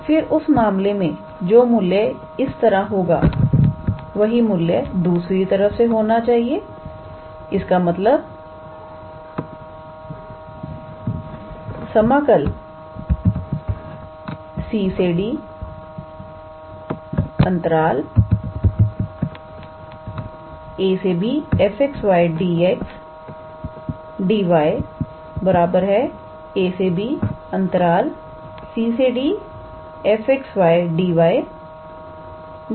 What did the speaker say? तो फिर उस मामले में जो मूल्य इस तरह होगा वही मूल्य दूसरी तरफ से भी होना चाहिए इसका मतलब समाकल cd ab𝑓𝑥 𝑦𝑑𝑥𝑑𝑦 abcd 𝑓𝑥 𝑦𝑑𝑦𝑑𝑥 है